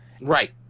Right